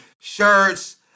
shirts